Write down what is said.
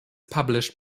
published